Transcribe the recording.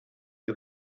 you